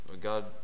God